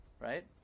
right